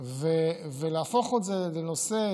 להפוך את זה לנושא,